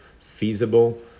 feasible